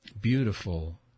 Beautiful